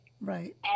Right